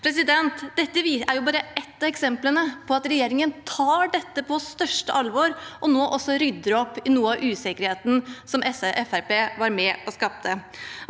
komité. Dette er bare ett av eksemplene på at regjeringen tar dette på største alvor og nå også rydder opp i noe av usikkerheten som Fremskrittspartiet var med og skapte.